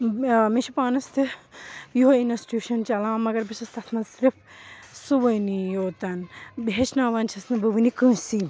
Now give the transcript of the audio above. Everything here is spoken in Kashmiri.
مےٚ چھِ پانَس تہِ یِہوٚے اِنَسٹیوٗشَن چَلان مگر بہٕ چھَس تَتھ منٛز صرف سُوٲنی یوت ہیٚچھناوان چھَس نہٕ بہٕ وٕنہِ کٲنٛسی